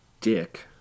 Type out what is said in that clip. Dick